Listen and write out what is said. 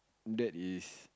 that is